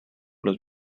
los